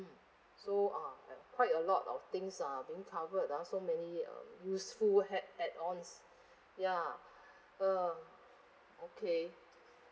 so ah like quite a lot of things are being covered ah so many um useful add add ons ya um okay